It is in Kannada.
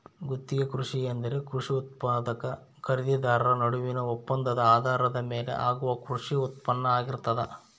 ಗುತ್ತಿಗೆ ಕೃಷಿ ಎಂದರೆ ಕೃಷಿ ಉತ್ಪಾದಕ ಖರೀದಿದಾರ ನಡುವಿನ ಒಪ್ಪಂದದ ಆಧಾರದ ಮೇಲೆ ಆಗುವ ಕೃಷಿ ಉತ್ಪಾನ್ನ ಆಗಿರ್ತದ